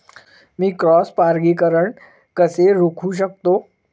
मी cross परागीकरण कसे रोखू शकतो?